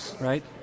right